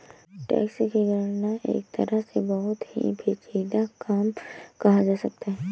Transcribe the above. tax की गणना एक तरह से बहुत ही पेचीदा काम कहा जा सकता है